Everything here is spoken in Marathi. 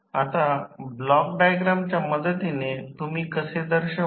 आता ब्लॉक डायग्रामच्या मदतीने तुम्ही कसे दर्शवाल